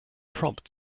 prompt